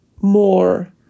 more